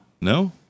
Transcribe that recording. No